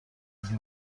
میگه